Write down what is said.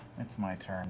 it's my